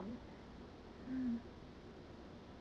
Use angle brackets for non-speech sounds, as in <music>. <noise>